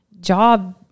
job